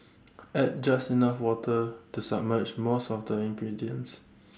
add just enough water to submerge most of the ingredients